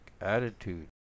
attitude